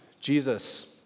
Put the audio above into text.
Jesus